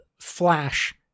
flash